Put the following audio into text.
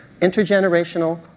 intergenerational